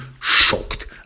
shocked